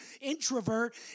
introvert